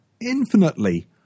infinitely